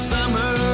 Summer